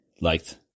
liked